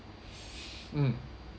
mm